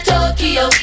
Tokyo